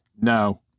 No